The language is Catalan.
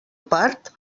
part